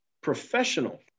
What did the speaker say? professional